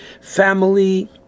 family